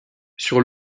sur